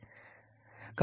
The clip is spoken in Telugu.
దహనం